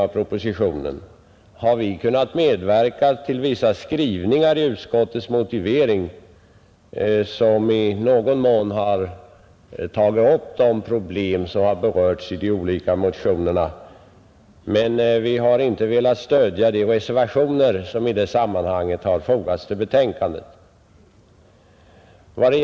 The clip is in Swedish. Vi har kunnat medverka till vissa skrivningar i utskottets motivering som i någon mån tagit upp de problem som har berörts i de olika motionerna i anledning av propositionen, men vi har inte velat stödja de reservationer som fogats vid betänkandet.